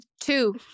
Two